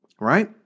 Right